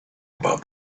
about